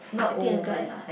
I think a guy